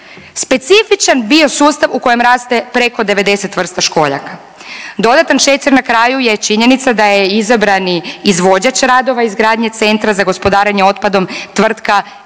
specifičan biosustav u kojem raste preko 90 vrsta školjaka. Dodatan šećer na kraju je činjenica da je izabrani izvođač radova izgradnje Centra za gospodarenje otpadom tvrtka